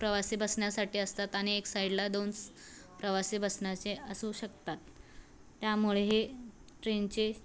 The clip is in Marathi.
प्रवासी बसण्यासाठी असतात आणि एक साईडला दोन स प्रवासी बसण्याचे असू शकतात त्यामुळे हे ट्रेनचे